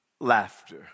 laughter